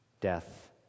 Death